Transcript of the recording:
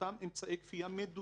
את אותם אמצעי כפייה מדודים?